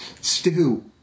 Stew